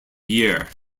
year